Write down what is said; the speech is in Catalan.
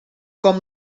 com